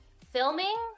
filming